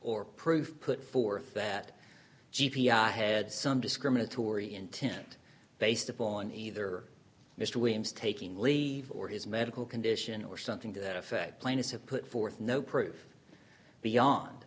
or proof put forth that g p i had some discriminatory intent based upon either mr williams taking leave or his medical condition or something to that effect plaintiffs have put forth no proof beyond